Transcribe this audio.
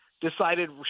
decided